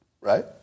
right